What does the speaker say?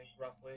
roughly